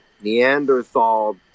Neanderthal